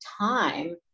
time